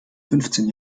fünfzehn